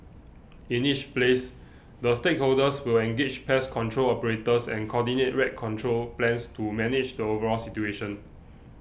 in each place the stakeholders will engage pest control operators and coordinate rat control plans to manage the overall situation